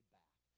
back